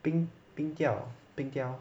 冰冰雕 ah 冰雕